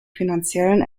finanziellen